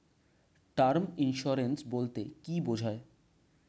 Term insurance বলতে কী বোঝায়?